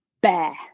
bear